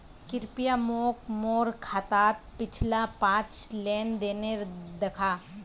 कृप्या मोक मोर खातात पिछला पाँच लेन देन दखा